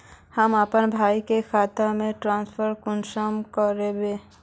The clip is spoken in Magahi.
हम अपना भाई के खाता में ट्रांसफर कुंसम कारबे?